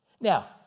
Now